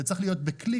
זה צריך להיות בקליק,